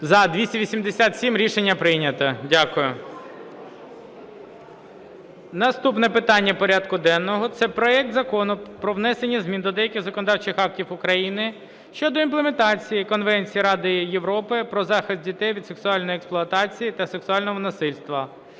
За-287 Рішення прийнято. Дякую. Наступне питання порядку денного – це проект Закону про внесення змін до деяких законодавчих актів України щодо імплементації Конвенції Ради Європи про захист дітей від сексуальної експлуатації та сексуального насильства